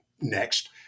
Next